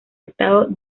estado